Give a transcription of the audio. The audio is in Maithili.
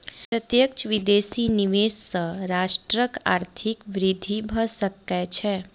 प्रत्यक्ष विदेशी निवेश सॅ राष्ट्रक आर्थिक वृद्धि भ सकै छै